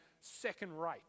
second-rate